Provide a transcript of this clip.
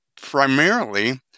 primarily